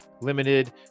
limited